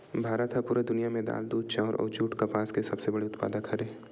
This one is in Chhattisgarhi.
भारत हा पूरा दुनिया में दाल, दूध, चाउर, जुट अउ कपास के सबसे बड़े उत्पादक हरे